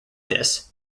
this